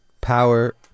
Power